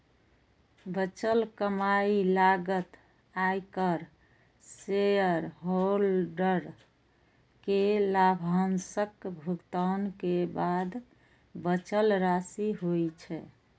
बचल कमाइ लागत, आयकर, शेयरहोल्डर कें लाभांशक भुगतान के बाद बचल राशि होइ छै